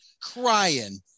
Crying